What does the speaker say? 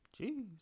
Jeez